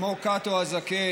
כמו קאטו הזקן,